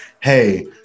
Hey